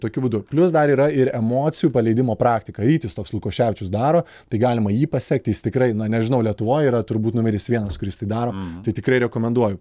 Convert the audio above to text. tokiu būdu plius dar yra ir emocijų paleidimo praktika rytis toks lukoševičius daro tai galima jį pasekti jis tikrai na nežinau lietuvoj yra turbūt numeris vienas kuris tai daro tai tikrai rekomenduoju